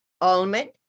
almond